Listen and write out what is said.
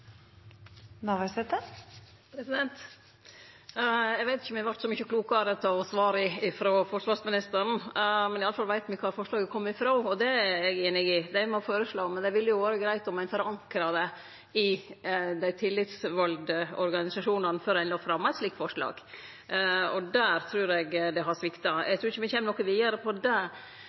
eg einig i – dei må føreslå. Men det ville jo vore greitt om ein forankra det i dei tillitsvalde organisasjonane før ein la fram eit slikt forslag. Der trur eg det har svikta. Eg trur ikkje me kjem noko vidare på det.